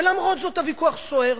ולמרות זאת הוויכוח סוער.